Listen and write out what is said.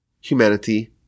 humanity